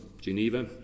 Geneva